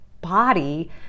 body